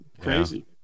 Crazy